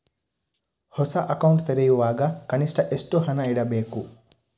ಹೊಸ ಅಕೌಂಟ್ ತೆರೆಯುವಾಗ ಕನಿಷ್ಠ ಎಷ್ಟು ಹಣ ಇಡಬೇಕು?